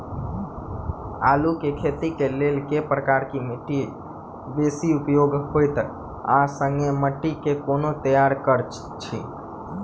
आलु केँ खेती केँ लेल केँ प्रकार केँ माटि बेसी उपयुक्त होइत आ संगे माटि केँ कोना तैयार करऽ छी?